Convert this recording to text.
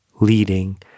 leading